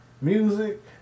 Music